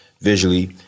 visually